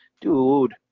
dude